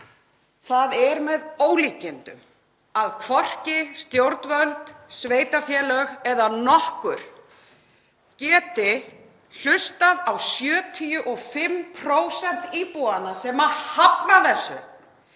Það er með ólíkindum að hvorki stjórnvöld, sveitarfélög eða nokkur geti hlustað á 75% íbúanna sem hafna þessu.